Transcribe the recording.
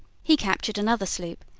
he captured another sloop,